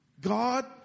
God